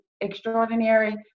extraordinary